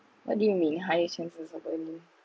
what do you mean higher chances of earning